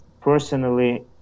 personally